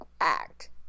act